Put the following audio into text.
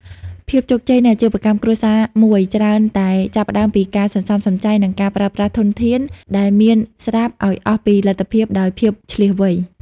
ភាពជោគជ័យនៃអាជីវកម្មគ្រួសារមួយ ច្រើនតែចាប់ផ្ដើមពីការសន្សំសំចៃ និងការប្រើប្រាស់ធនធានដែលមានស្រាប់ឱ្យអស់ពីលទ្ធភាពដោយភាពឈ្លាសវៃ។